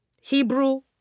Hebrew